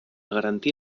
garantir